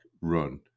run